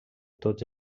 tots